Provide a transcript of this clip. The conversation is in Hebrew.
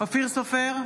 אופיר סופר,